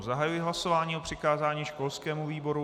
Zahajuji hlasování o přikázání školskému výboru.